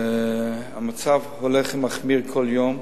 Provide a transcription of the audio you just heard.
המצב הולך ומחמיר כל יום.